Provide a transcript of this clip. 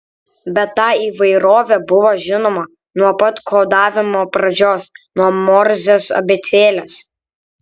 bet ta įvairovė buvo žinoma nuo pat kodavimo pradžios nuo morzės abėcėlės